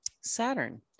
saturn